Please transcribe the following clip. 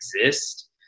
exist